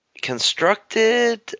Constructed